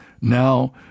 Now